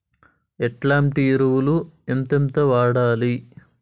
ఎట్లాంటి ఎరువులు ఎంతెంత వాడాలి?